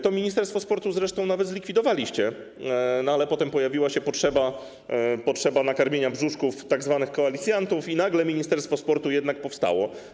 To ministerstwo sportu zresztą nawet zlikwidowaliście, ale potem pojawiła się potrzeba nakarmienia brzuszków tzw. koalicjantów i nagle ministerstwo sportu jednak powstało.